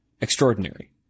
extraordinary